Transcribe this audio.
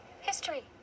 History